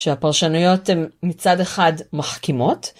שהפרשנויות הן מצד אחד מחכימות